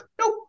Nope